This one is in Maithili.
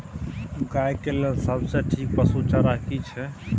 गाय के लेल सबसे ठीक पसु चारा की छै?